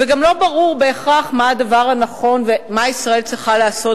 וגם לא ברור בהכרח מה הדבר הנכון ומה ישראל צריכה לעשות